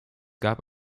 gab